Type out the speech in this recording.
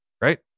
right